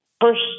first